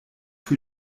für